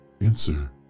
Answer